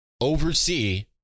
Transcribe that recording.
oversee